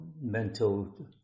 mental